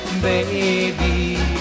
baby